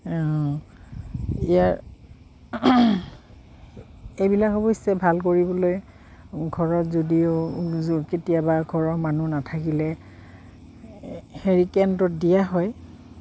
ইয়াৰ এইবিলাক অৱশ্যে ভাল কৰিবলৈ ঘৰত যদিও কেতিয়াবা ঘৰৰ মানুহ নাথাকিলে হেৰি কেন্দ্ৰত দিয়া হয়